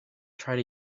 tried